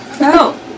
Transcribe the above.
No